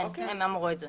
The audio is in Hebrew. כן, הם אמרו את זה.